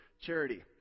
charity